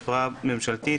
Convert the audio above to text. חברה ממשלתית,